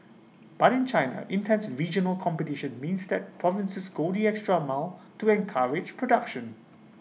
but in China intense regional competition means that provinces go the extra mile to encourage production